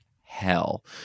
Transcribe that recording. hell